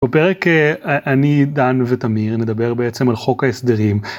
בפרק אני דן ותמיר נדבר בעצם על חוק ההסדרים.